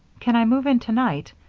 can i move in tonight?